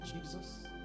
Jesus